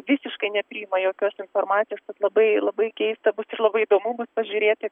visiškai nepriima jokios informacijos tad labai labai keista bus ir labai įdomu pažiūrėti